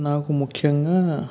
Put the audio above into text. నాకు ముఖ్యంగా